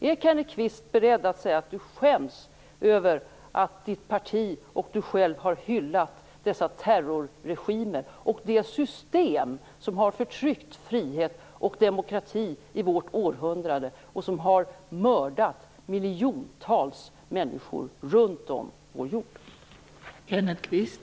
Är Kenneth Kvist beredd att säga att han skäms över att hans parti och han själv har hyllat dessa terrorregimer och de system som förtryckt frihet och demokrati i vårt århundrade och som har mördat miljontals människor runt om på vår jord?